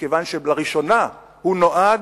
מכיוון שלראשונה הוא נועד,